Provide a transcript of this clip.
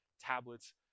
tablets